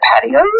patios